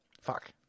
Fuck